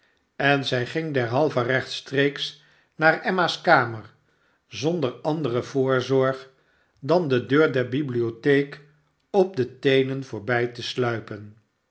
en zij ging derhalve rechtstreeks naar emma's kamer zonder andere voorzorg dan de deur der bibliotheek op de teenen voorbij te sluipen